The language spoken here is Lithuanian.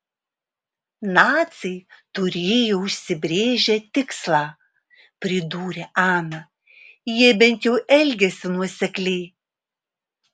naciai turėjo užsibrėžę tikslą pridūrė ana jie bent jau elgėsi nuosekliai